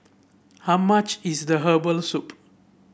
how much is the Herbal Soup